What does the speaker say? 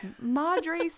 Madre